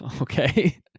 Okay